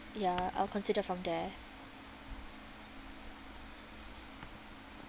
ya I'll consider from there